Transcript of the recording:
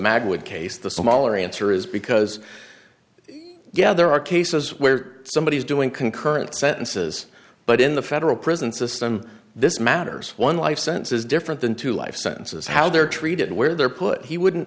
would case the smaller answer is because yeah there are cases where somebody is doing concurrent sentences but in the federal prison system this matters one life sentence is different than two life sentences how they're treated where they're put he wouldn't